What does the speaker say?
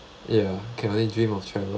ya can only dream of travel